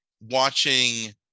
watching